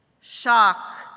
shock